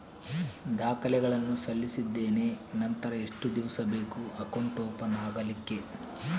ದಾಖಲೆಗಳನ್ನು ಸಲ್ಲಿಸಿದ್ದೇನೆ ನಂತರ ಎಷ್ಟು ದಿವಸ ಬೇಕು ಅಕೌಂಟ್ ಓಪನ್ ಆಗಲಿಕ್ಕೆ?